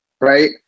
right